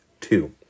Two